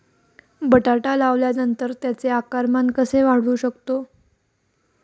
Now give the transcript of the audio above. बटाटा लावल्यानंतर त्याचे आकारमान कसे वाढवू शकतो?